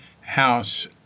House